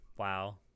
Wow